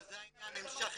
הם שכחו